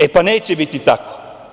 E pa neće biti tako.